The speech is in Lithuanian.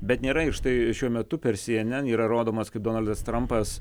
bet nėra štai šiuo metu per cnn yra rodomas kai donaldas trampas